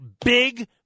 big